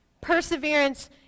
Perseverance